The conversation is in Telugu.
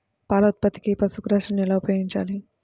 పాల ఉత్పత్తికి పశుగ్రాసాన్ని ఎలా ఉపయోగించాలి?